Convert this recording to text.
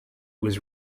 was